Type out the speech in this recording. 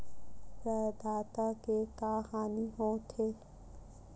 प्रदाता के का हानि हो थे?